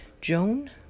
joan